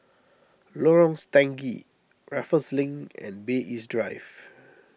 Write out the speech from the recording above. Lorong Stangee Raffles Link and Bay East Drive